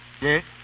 Yes